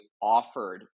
offered